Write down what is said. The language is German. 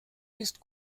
ist